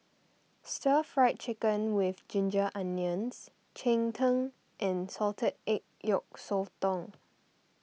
Stir Fried Chicken with Ginger Onions Cheng Tng and Salted Egg Yolk Sotong